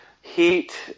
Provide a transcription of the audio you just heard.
Heat